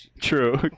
True